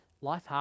life